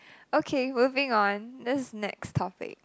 okay moving on this next topic